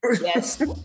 Yes